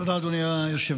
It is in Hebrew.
תודה, אדוני היושב-ראש.